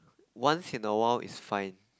once in a while is fine